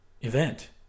event